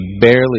barely